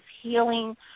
healing